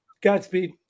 Godspeed